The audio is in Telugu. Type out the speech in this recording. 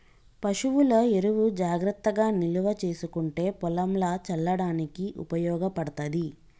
పశువుల ఎరువు జాగ్రత్తగా నిల్వ చేసుకుంటే పొలంల చల్లడానికి ఉపయోగపడ్తది